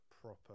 proper